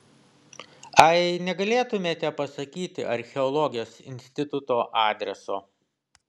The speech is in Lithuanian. ai negalėtumėte pasakyti archeologijos instituto adreso